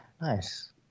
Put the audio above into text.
Nice